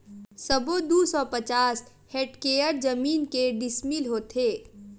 सबो दू सौ पचास हेक्टेयर जमीन के डिसमिल होथे?